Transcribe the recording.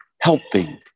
helping